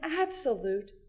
absolute